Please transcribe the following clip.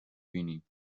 بینیم